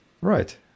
Right